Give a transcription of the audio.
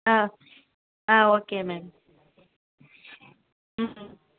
ஆ ஆ okay ma'am ம்